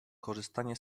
korzystanie